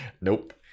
Nope